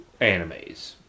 Animes